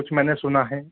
कुछ मैंने सुना है